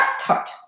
tut